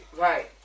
Right